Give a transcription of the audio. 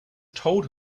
told